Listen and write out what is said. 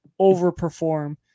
overperform